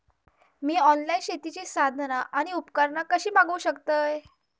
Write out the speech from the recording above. मी online शेतीची साधना आणि उपकरणा कशी मागव शकतय?